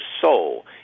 soul